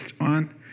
on